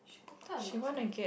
oh quite a lot sia